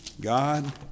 God